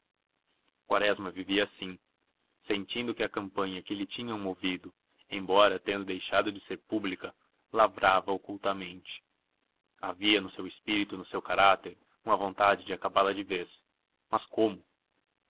quaresma vivia assim sentindo que a campanha que lhe tinham movido embora tendo deixado de ser pública lavrava ocultamente havia no seu espírito e no seu caráter uma vontade de acabá la de vez mas como